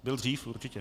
Byl dřív, určitě .